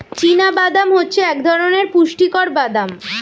চীনা বাদাম হচ্ছে এক ধরণের পুষ্টিকর বাদাম